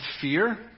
fear